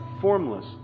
formless